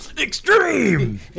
Extreme